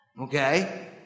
Okay